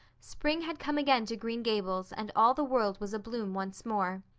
spring had come again to green gables and all the world was abloom once more.